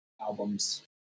albums